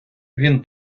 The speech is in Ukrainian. він